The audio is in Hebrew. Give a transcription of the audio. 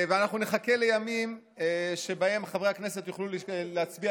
ואנחנו נחכה לימים שבהם חברי הכנסת יוכלו להצביע